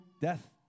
death